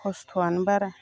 खस्थ'आनो बारा